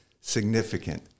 significant